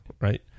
Right